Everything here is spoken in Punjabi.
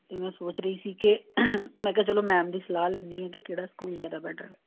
ਅਤੇ ਮੈਂ ਸੋਚ ਰਹੀ ਸੀ ਕਿ ਮੈਂ ਕਿਹਾ ਚਲੋ ਮੈਮ ਦੀ ਸਲਾਹ ਲੈਂਦੀ ਹਾਂ ਕਿ ਕਿਹੜਾ ਸਕੂਲ ਜ਼ਿਆਦਾ ਬੈਟਰ